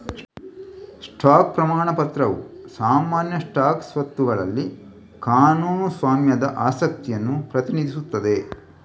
stock ಪ್ರಮಾಣ ಪತ್ರವು ಸಾಮಾನ್ಯ ಸ್ಟಾಕ್ ಸ್ವತ್ತುಗಳಲ್ಲಿ ಕಾನೂನು ಸ್ವಾಮ್ಯದ ಆಸಕ್ತಿಯನ್ನು ಪ್ರತಿನಿಧಿಸುತ್ತದೆ